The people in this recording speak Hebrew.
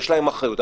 יש להם אחריות,